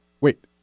wait